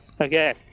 okay